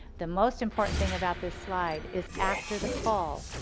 the most important thing about this slide is after the call,